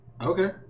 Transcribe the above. Okay